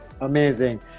Amazing